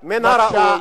בבקשה,